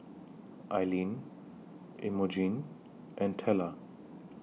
Ilene Emogene and Tella